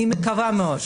אני מקווה מאוד.